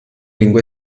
lingua